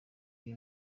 ibi